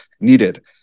needed